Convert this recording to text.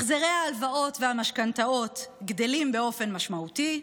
החזרי ההלוואות והמשכנתאות גדלים באופן משמעותי,